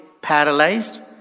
paralyzed